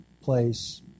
place